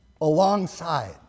Alongside